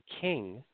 king